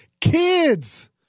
kids